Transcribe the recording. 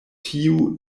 tiu